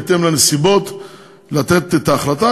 בהתאם לנסיבות לתת את ההחלטה.